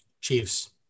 Chiefs